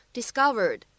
Discovered